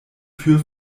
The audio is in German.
für